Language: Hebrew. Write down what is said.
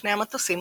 שני המטוסים